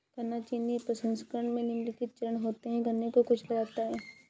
गन्ना चीनी प्रसंस्करण में निम्नलिखित चरण होते है गन्ने को कुचला जाता है